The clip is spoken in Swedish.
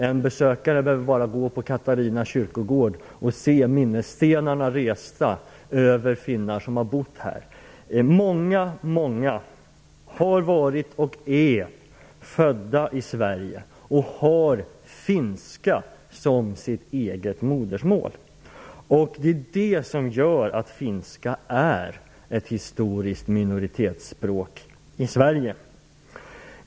En besökare behöver bara gå på Katarina kyrkogård och se minnesstenarna resta över finnar som har bott här för att inse det. Många har varit och många är födda i Sverige och har finska som modersmål. Det är det som gör att finska är ett historiskt minoritetsspråk i Sverige.